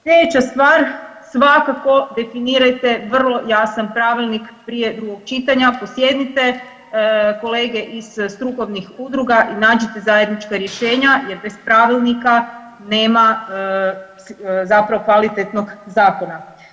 Slijedeća stvar svakako definirajte vrlo jasan pravilnik prije drugog čitanja, posjednite kolege iz strukovnih udruga i nađite zajednička rješenja jer bez pravilnika nema zapravo kvalitetnog zakona.